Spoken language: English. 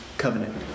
covenant